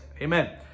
amen